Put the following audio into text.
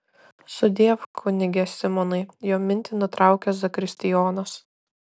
sudiev kunige simonai jo mintį nutraukia zakristijonas